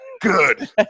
Good